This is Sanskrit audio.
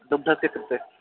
दुग्धस्य कृते